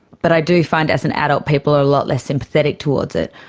but i do find as an adult people are a lot less sympathetic towards it.